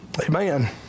Amen